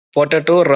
Potato